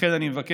לכן אני מבקש,